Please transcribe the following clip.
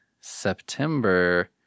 September